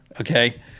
Okay